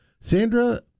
Sandra